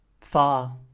Far